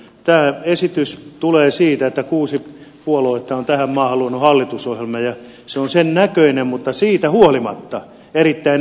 tämä esitys tulee siitä että kuusi puoluetta on tähän maahan luonut hallitusohjelman ja se on sen näköinen mutta siitä huolimatta erittäin eteenpäin pyrkivä